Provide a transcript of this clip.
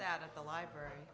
that at the library